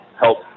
help